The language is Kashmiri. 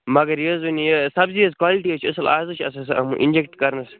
مگر یہِ حظ ؤنِو یہِ سبزی ہٕنٛز کوالِٹی حظ چھِ اَصٕل اَز حظ چھُ آسان سُہ آمُت اِنجیکٹ کَرنہٕ